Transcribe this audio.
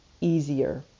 easier